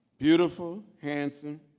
beautiful, handsome